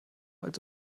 als